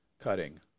cutting